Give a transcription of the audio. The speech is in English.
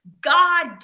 God